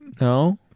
No